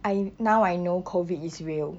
I now I know COVID is real